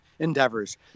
endeavors